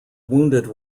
wounded